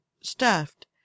stuffed